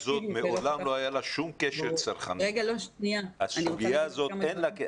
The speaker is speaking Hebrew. לסוגיה זו לא היה קשר צרכני אף פעם.